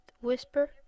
Whisper